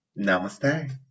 namaste